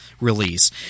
release